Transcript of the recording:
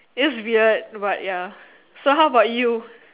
it's weird but ya so how about you